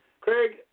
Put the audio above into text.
Craig